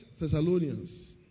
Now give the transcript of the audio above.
Thessalonians